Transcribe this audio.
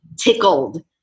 tickled